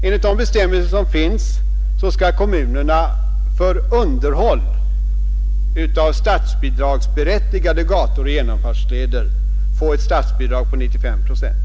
Enligt gällande bestämmelser skall kommunerna för underhåll av statsbidragsberättigade gator och genomfartsleder erhålla statsbidrag med 95 procent.